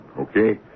Okay